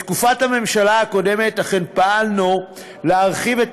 בתקופת הממשלה הקודמת אכן פעלנו להרחיב את